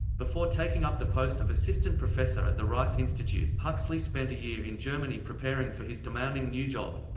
before taking up the post of assistant professor at the rice institute, huxley spent a year in germany preparing for his demanding new job.